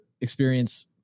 experience